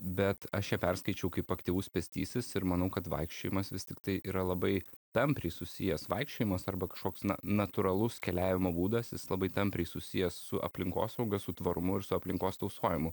bet aš ją perskaičiau kaip aktyvus pėstysis ir manau kad vaikščiojimas vis tiktai yra labai tampriai susijęs vaikščiojimas arba kažkoks na natūralus keliavimo būdas jis labai tampriai susijęs su aplinkosauga su tvarumu ir su aplinkos tausojimu